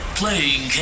playing